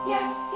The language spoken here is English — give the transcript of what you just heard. Yes